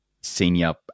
senior